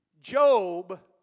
Job